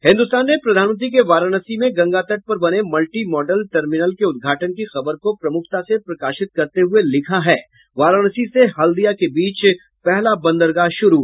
हिन्दुस्तान ने प्रधानमंत्री के वाराणसी में गंगा तट पर बने मल्टी मॉडल टर्मिनल के उद्घाटन की खबर को प्रमुखता से प्रकाशित करते हुये लिखा है वाराणसी से हल्दिया के बीच पहल बंदरगाह शुरू